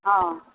हँ